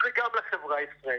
וגם לחברה הישראלית.